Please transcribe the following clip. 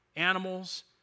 animals